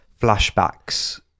flashbacks